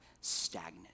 stagnant